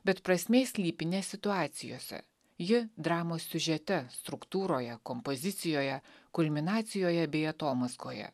bet prasmė slypi ne situacijose ji dramos siužete struktūroje kompozicijoje kulminacijoje bei atomazgoje